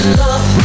love